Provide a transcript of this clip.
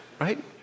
right